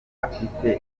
afite